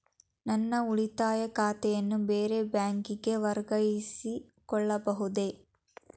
ನನ್ನ ಉಳಿತಾಯ ಖಾತೆಯನ್ನು ಬೇರೆ ಬ್ಯಾಂಕಿಗೆ ವರ್ಗಾಯಿಸಿಕೊಳ್ಳಬಹುದೇ?